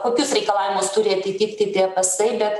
kokius reikalavimus turi atitikti tie pasai bet